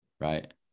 right